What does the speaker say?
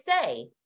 say